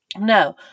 No